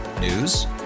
News